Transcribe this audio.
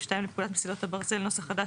2 לפקודת מסילות הברזל [נוסח חדש],